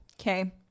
Okay